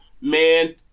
man